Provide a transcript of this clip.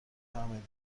بفرمائید